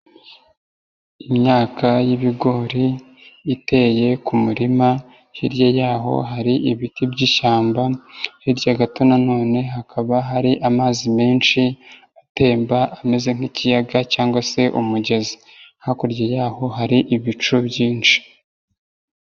Imyaka y'ibigori iteye ku murima, hirya yaho hari ibiti by'ishyamba, hirya gato nanone hakaba hari amazi menshi atemba ameze nk'ikiyaga cyangwa se umugezi, hakurya y'aho hari ibicu byinshi.